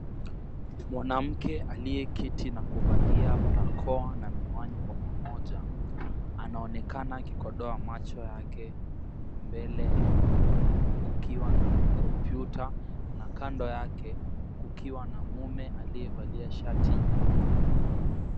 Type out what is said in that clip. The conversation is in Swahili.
Mwanamke aliyeketi na kuvalia barakoa na miwani kwa pamoja, anaonekana akikodoa macho yake. Mbele kukiwa na kompyuta na kando yake kukiwa na mume aliyevalia shati nyeupe.